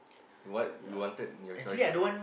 what you wanted in your choice ah